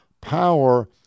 power